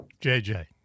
JJ